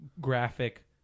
graphic